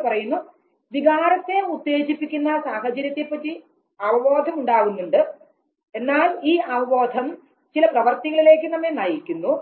അവർ പറയുന്നു വികാരത്തെ ഉത്തേജിപ്പിക്കുന്ന സാഹചര്യത്തെ പറ്റി അവബോധം ഉണ്ടാകുന്നുണ്ട് എന്നാൽ ഈ അവബോധം ചില പ്രവർത്തികളിലേക്ക് നമ്മെ നയിക്കുന്നു